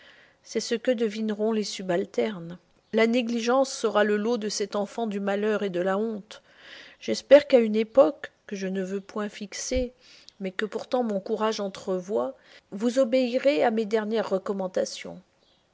c'est ce que devineront les subalternes la négligence sera le lot de cet enfant du malheur et de la honte j'espère qu'à une époque que je ne veux point fixer mais que pourtant mon courage entrevoit vous obéirez à mes dernières recommandations